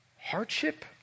hardship